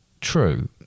true